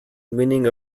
leaning